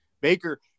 Baker